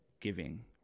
giving